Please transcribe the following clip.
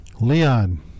Leon